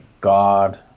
God